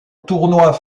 tournoi